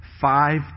five